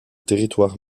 territoire